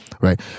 right